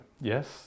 Yes